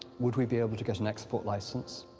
would we be able to get an export license?